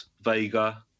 Vega